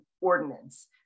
ordinance